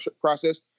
process